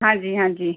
हाँ जी हाँ जी